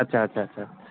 अच्छा अच्छा सर